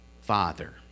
Father